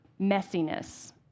messiness